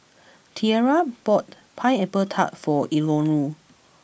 Tierra bought Pineapple Tart for Eleanore